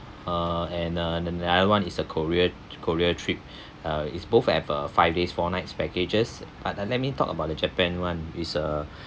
uh and uh and the another one is uh korea korea trip uh is both have uh five days four nights packages but let me talk about the japan one is a